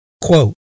quote